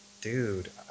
dude